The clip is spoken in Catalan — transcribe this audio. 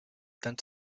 tant